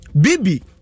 Bibi